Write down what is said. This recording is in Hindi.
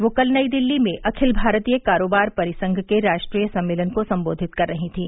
वे कल नई दिल्ली में अखिल भारतीय कारोबार परिसंघ के राष्ट्रीय सम्मेलन को संबोधित कर रही थीं